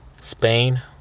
Spain